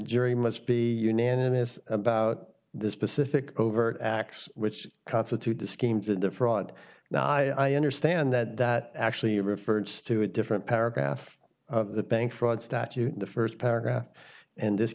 jury must be unanimous about this specific overt acts which constitute the schemes and the fraud now i understand that that actually refers to a different paragraph of the bank fraud statute in the first paragraph and this